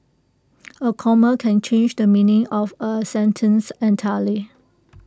A comma can change the meaning of A sentence entirely